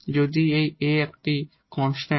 যদি এই a এখানে একটি কন্সট্যান্ট